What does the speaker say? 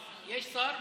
יש שר באולם?